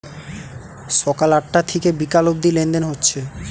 সকাল আটটা থিকে বিকাল অব্দি লেনদেন হচ্ছে